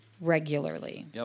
regularly